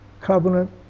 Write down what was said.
covenant